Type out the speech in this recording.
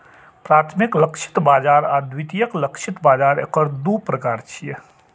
प्राथमिक लक्षित बाजार आ द्वितीयक लक्षित बाजार एकर दू प्रकार छियै